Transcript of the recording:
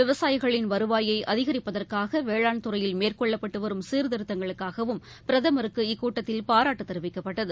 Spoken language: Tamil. விவசாயிகளின் வருவாயை அதிகரிப்பதற்காக வேளாண் துறையில் மேற்கொள்ளப்பட்டுவரும் சீர்திருத்தங்களுக்காகவும் பிரதமருக்கு இக்கூட்டத்தில் பாராட்டு தெரிவிக்கப்பட்டது